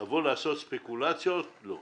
לבוא לעשות ספקולציות זה לא,